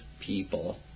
people